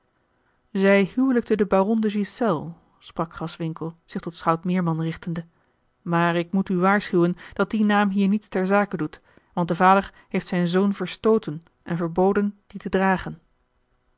zij hijlikte den baron de ghiselles sprak graswinckel zich tot schout meerman richtende maar ik moet u waarschuwen dat die naam hier niets ter zake doet want de vader heeft zijn zoon verstooten en verboden dien te dragen